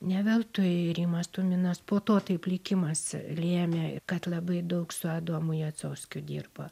ne veltui rimas tuminas po to taip likimas lėmė kad labai daug su adomu jacovskiu dirbo